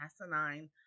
asinine